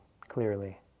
clearly